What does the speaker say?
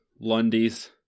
Lundy's